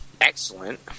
excellent